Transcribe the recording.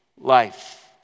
life